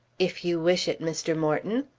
if you wish it, mr. morton.